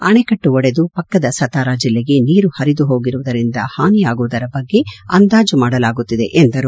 ಅಣೆಕಟ್ಟು ಒಡೆದು ಪಕ್ಕದ ಸತಾರ ಜಿಲ್ಲೆಗೆ ನೀರು ಹರಿದು ಹೋಗಿರುವುದರಿಂದ ಹಾನಿಯಾಗಿರುವುದರ ಬಗ್ಗೆ ಅಂದಾಜು ಮಾಡಲಾಗುತ್ತಿದೆ ಎಂದರು